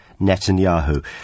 Netanyahu